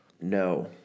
No